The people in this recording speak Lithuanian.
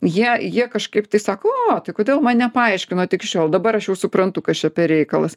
jie jie kažkaip tai sako o tai kodėl man nepaaiškino iki šiol dabar aš jau suprantu kas čia per reikalas